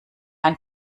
ein